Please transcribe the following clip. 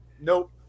nope